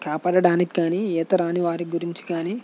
కాపాడడానికి కాని ఈత రానివారి గురించి కాని